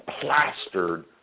Plastered